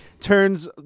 Turns